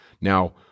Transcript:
Now